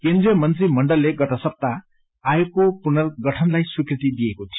केन्द्रिय मंत्री मण्डलले गत सप्ताह आयोगको पुर्नगठनलाई स्वीकृति दिएको थियो